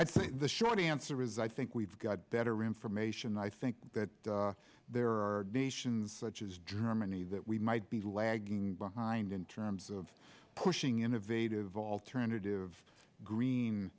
think the short answer is i think we've got better information i think that there are such as germany that we might be lagging behind in terms of pushing innovative alternative green